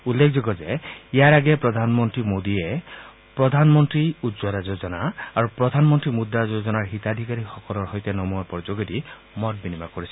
উল্লেখযোগ্য যো ইয়াৰ আগেয়ে প্ৰধানমন্ত্ৰী মোদী প্ৰধানমন্ত্ৰী উজ্জ্বলা যোজনা আৰু প্ৰধানমন্ত্ৰী মুদ্ৰা যোজনাৰ হিতাধিকাৰীসকলৰ সৈতে নমো এপৰ যোগেদি মত বিনিময় কৰিছিল